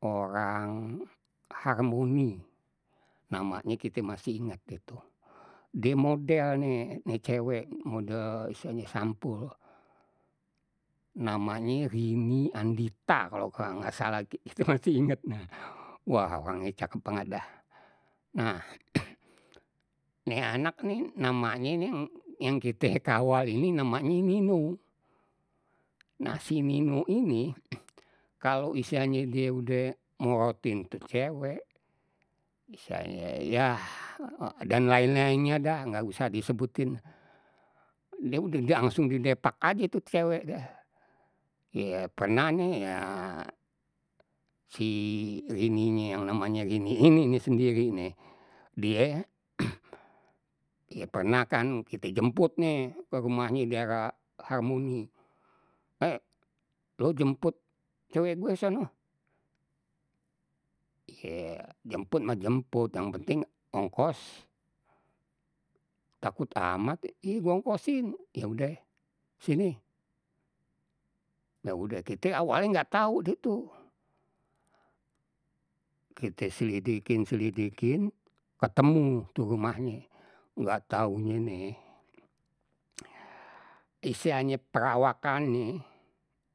Orang harmoni namanye kite masih inget deh tuh, die model ni ni cewek model istilahnye sampul. Namanye rini andita kalau nggak salah kite masih inget, wah orangnye cakep banget dah. Nah ni anak ni namanye ni yang kite kawal ini namanye ninu, nah si ninu ini kalau istilahnye die udeh morotin tu cewek misalnye yah dan lain-lainnya dah nggak usah disebutin, dia udah dangsung didepak aje tu cewek dah, ye pernah ni si rininye yang namanye rini ini nih sendiri nih die ye pernah khan kite jemput nih ke rumahnye daerah harmoni, le lu jemput cewek gue sono, ye jemput mah jemput yang penting ongkos, takut amat iye gua ongkosin, ya udeh sini. Ya udeh, kite awalnye nggak tahu deh tu, kite selidikin selidikin ketemu tu rumahnye nggak taunye nih, istilahnye perawakannye